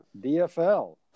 DFL